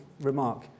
remark